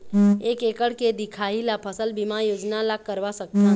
एक एकड़ के दिखाही ला फसल बीमा योजना ला करवा सकथन?